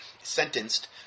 sentenced